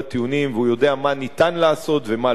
והוא יודע מה אפשר לעשות ומה אי-אפשר,